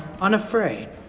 unafraid